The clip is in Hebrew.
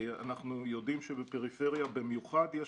אנחנו יודעים שבפריפריה במיוחד יש